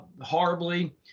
horribly